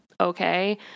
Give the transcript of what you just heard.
okay